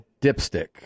dipstick